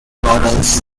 borders